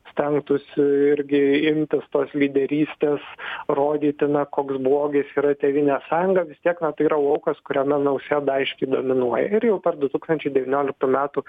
stengtųsi irgi imtis tos lyderystės rodyti na koks blogis yra tėvynės sąjunga vis tiek na yra laukas kuriame nausėda aiškiai dominuoja ir jau per du tūkstančiai devynioliktų metų